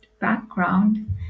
background